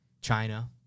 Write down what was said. china